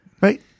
right